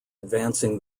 advancing